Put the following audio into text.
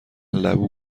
لبو